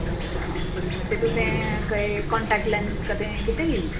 अच्छा बड़ी उमर ते तु'सें केह् कांटैक्ट लैंस कदें कीते यूज़